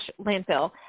landfill